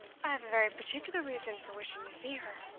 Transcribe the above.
i have a very particular reason for wishing to see her.